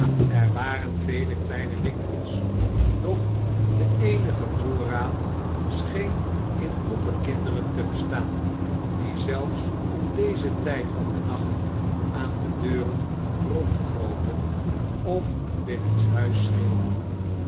er waren vele kleine winkels doch de eenige voorraad scheen in groepen kinderen te bestaan die zelfs om dezen tijd van den nacht aan de deuren rondkropen of binnenshuis